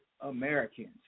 Americans